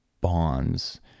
bonds